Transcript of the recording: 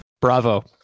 Bravo